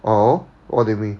orh what do you mean